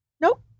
nope